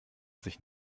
sich